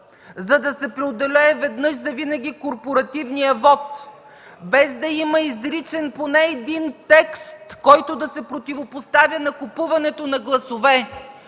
за да се преодолее веднъж завинаги корпоративният вот, без да има изричен поне един текст, който да се противопоставя на купуването на гласове.